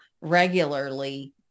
regularly